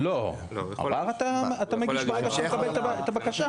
לא, ערר אתה מגיש ברגע שאתה מקבל את הבקשה.